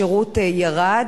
השירות ירד,